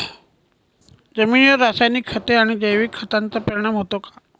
जमिनीवर रासायनिक खते आणि जैविक खतांचा परिणाम होतो का?